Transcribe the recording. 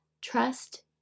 Trust